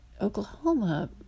Oklahoma